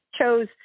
chose